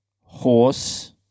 horse